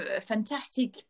fantastic